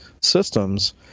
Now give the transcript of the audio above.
systems